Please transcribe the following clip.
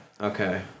Okay